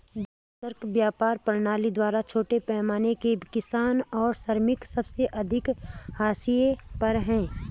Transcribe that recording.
वैश्विक व्यापार प्रणाली द्वारा छोटे पैमाने के किसान और श्रमिक सबसे अधिक हाशिए पर हैं